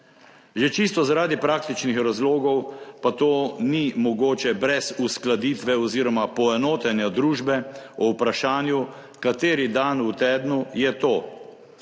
Že čisto zaradi praktičnih razlogov pa to ni mogoče brez uskladitve oziroma poenotenja družbe o vprašanju, kateri dan v tednu je to.